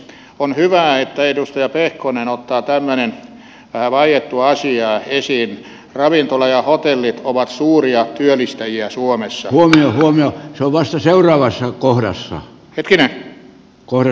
on hyvä että edustaja pelkonen otto toivainen ja vaiettu asia esiin ravintola ja hotellit ovat suuria työllistäjiä suomessa huomio on luvassa seuraavassa kohdassa etelä korea